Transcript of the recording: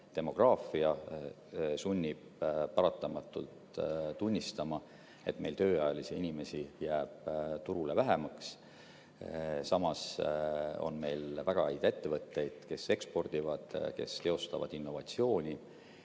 demograafia sunnib paratamatult tunnistama, et meil jääb tööealisi inimesi turul vähemaks. Samas on meil väga häid ettevõtteid, kes ekspordivad, kes tegelevad innovatsiooniga,